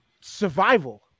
survival